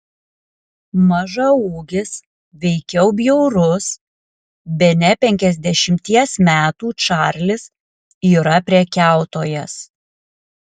mažaūgis veikiau bjaurus bene penkiasdešimties metų čarlis yra prekiautojas